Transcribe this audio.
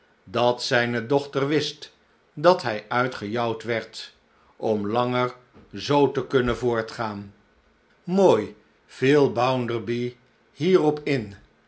dat zijne dochter wist dat hij uitgejouwd werd om langer zoo te kunnen voortgaan mooi viel bounderby hierop in